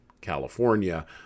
California